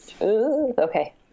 okay